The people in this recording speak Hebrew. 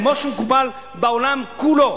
כמו שמקובל בכל העולם כולו,